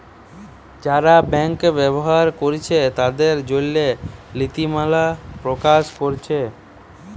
যারা ব্যাংক ব্যবহার কোরছে তাদের জন্যে নীতিমালা প্রকাশ কোরছে